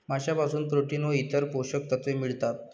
माशांपासून प्रोटीन व इतर पोषक तत्वे मिळतात